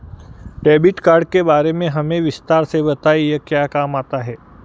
Debit card के बारे में हमें विस्तार से बताएं यह क्या काम आता है?